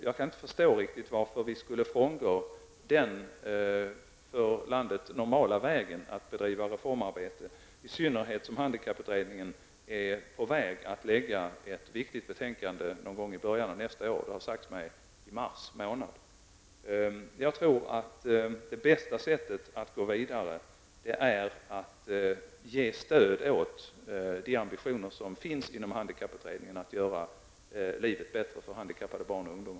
Jag kan inte förstå varför vi skulle frångå den för landet normala vägen att bedriva reformarbete, i synnerhet som handikapputredningen är på väg att lägga fram ett viktigt betänkande någon gång i början av nästa år. Det har sagts mig att det skall ske i mars månad. Jag tror att det bästa sättet att gå vidare är att ge stöd åt de ambitioner som finns inom handikapputredningen att göra livet bättre för handikappade barn och ungdomar.